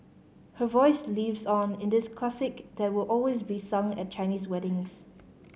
her voice lives on in this classic that will always be sung at Chinese weddings